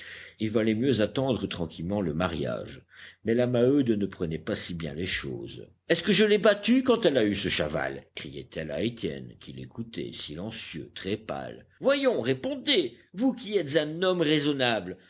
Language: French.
il valait mieux attendre tranquillement le mariage mais la maheude ne prenait pas si bien les choses est-ce que je l'ai battue quand elle a eu ce chaval criait-elle à étienne qui l'écoutait silencieux très pâle voyons répondez vous qui êtes un homme raisonnable